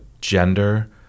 gender